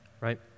Right